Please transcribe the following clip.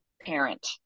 parent